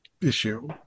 issue